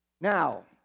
Now